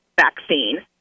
vaccine